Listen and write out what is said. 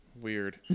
Weird